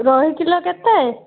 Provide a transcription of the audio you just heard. ରୋହି କିଲୋ କେତେ